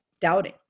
doubting